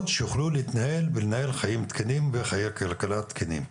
שיוכלו להתנהל ולנהל חיים תקינים וחיי כלכלה תקינים,